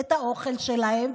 את האוכל שלהם.